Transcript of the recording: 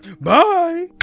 Bye